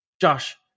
Josh